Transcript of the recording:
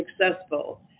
successful